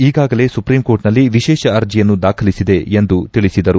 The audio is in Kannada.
ಈಗಾಗಲೇ ಸುಪ್ರೀಂಕೋರ್ಟ್ನಲ್ಲಿ ವಿಶೇಷ ಅರ್ಜಿಯನ್ನು ದಾಖಲಿಸಿದೆ ಎಂದು ತಿಳಿಸಿದರು